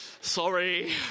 Sorry